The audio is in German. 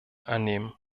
annehmen